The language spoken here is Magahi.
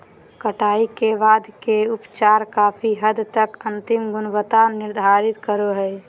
कटाई के बाद के उपचार काफी हद तक अंतिम गुणवत्ता निर्धारित करो हइ